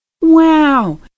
Wow